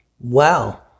wow